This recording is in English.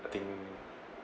I think